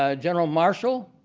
ah general marshall